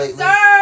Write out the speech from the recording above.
sir